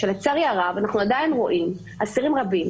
שלצערי הרב אנחנו עדיין רואים אסירים רבים